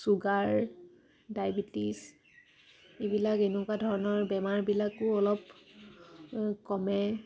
sugar diabetes এইবিলাক এনেকুৱা ধৰণৰ বেমাৰবিলাকো অলপ কমে